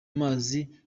mazi